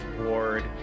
ward